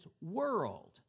world